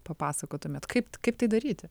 papasakotumėt kaip kaip tai daryti